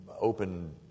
open